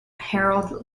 harold